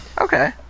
Okay